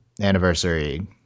Anniversary